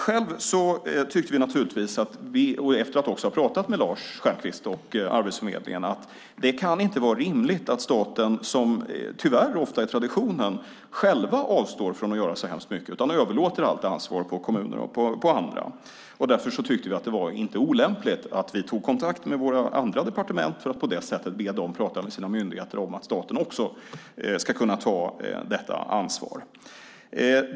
Själva tycker vi naturligtvis, efter att också ha pratat med Lars Stjernkvist och Arbetsförmedlingen, att det inte kan vara rimligt att staten - och det är tyvärr ofta traditionen - själv avstår från att göra så hemskt mycket och överlåter allt ansvar på kommuner och andra. Därför tycker vi inte att det var olämpligt att vi tog kontakt med våra andra departement för att på det sättet be dem prata med sina myndigheter om att också staten ska kunna ta detta ansvar.